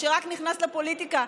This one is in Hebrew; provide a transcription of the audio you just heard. כשרק נכנס לפוליטיקה,